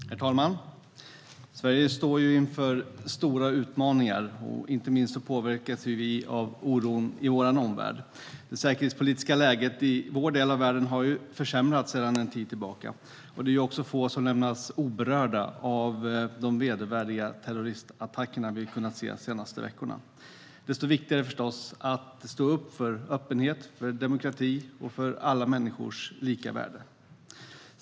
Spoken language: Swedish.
Herr talman! Sverige står inför stora utmaningar. Inte minst påverkas vi av oron i vår omvärld. Det säkerhetspolitiska läget i vår del av världen har försämrats sedan en tid tillbaka, och det är få som har lämnats oberörda av de vedervärdiga terroristattacker vi har kunnat se de senaste veckorna. Desto viktigare är det förstås att stå upp för öppenhet, demokrati och alla människors lika värde.